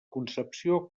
concepció